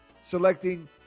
selecting